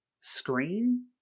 screen